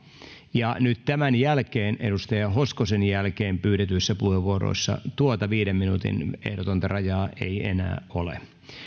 nyt tämän jälkeen edustaja hoskosen jälkeen pyydetyissä puheenvuoroissa tuota viiden minuutin ehdotonta rajaa ei enää ole